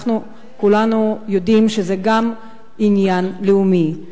כולנו יודעים שזה גם עניין לאומי.